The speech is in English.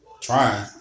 Trying